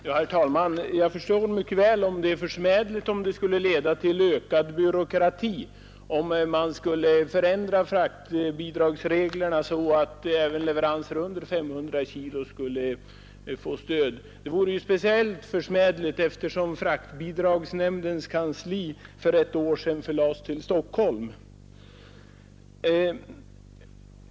Herr talman! Jag förstår mycket väl om det vore försmädligt ifall en ändring av fraktbidragsreglerna, så att även leveranser under 500 kilo finge stöd, skulle leda till ökad byråkrati; det vore speciellt försmädligt eftersom fraktbidragsnämndens kansli för ett år sedan förlades till Stockholm.